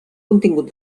contingut